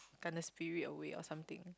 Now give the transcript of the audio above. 敢 the spirit away or something